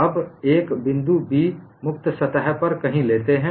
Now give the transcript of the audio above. अब आप एक बिंदु B मुक्त सतह पर कहीं लेते हैं